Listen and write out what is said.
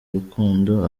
urukundo